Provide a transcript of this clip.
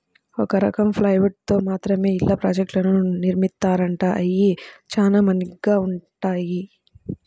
ఒక రకం ప్లైవుడ్ తో మాత్రమే ఇళ్ళ ప్రాజెక్టులను నిర్మిత్తారంట, అయ్యి చానా మన్నిగ్గా గూడా ఉంటాయంట